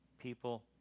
people